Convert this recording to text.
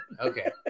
okay